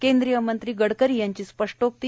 केंद्रीय मंत्री गडकरी यांची स्पष्टोक्ती